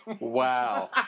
Wow